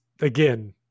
again